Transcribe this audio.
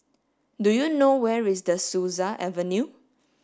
do you know where is De Souza Avenue